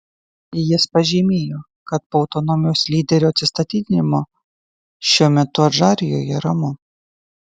jis pažymėjo kad po autonomijos lyderio atsistatydinimo šiuo metu adžarijoje ramu